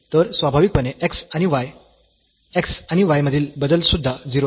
तर स्वाभाविकपणे x आणि y x आणि y मधील बदल सुध्दा 0 असतील